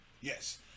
Yes